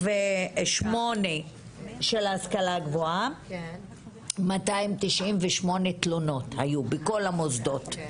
58 מההשכלה הגבוהה 298 תלונות היו בכל המוסדות במדינה